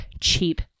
cheap